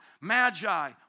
Magi